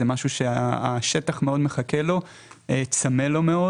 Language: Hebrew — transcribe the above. זה משהו שהשטח מאוד מחכה לו ומאוד צמא לו.